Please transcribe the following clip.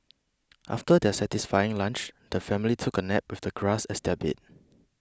after their satisfying lunch the family took a nap with the grass as their bed